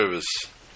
service